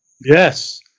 Yes